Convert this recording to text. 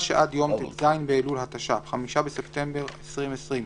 שעד יום ט"ז באלול התש"ף (5 בספטמבר 2020),